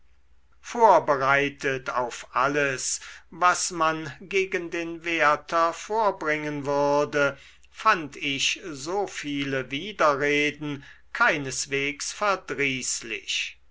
vorbereitet auf alles was man gegen den werther vorbringen würde fand ich so viele widerreden keineswegs verdrießlich